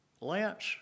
Lance